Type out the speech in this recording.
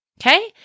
Okay